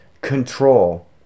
Control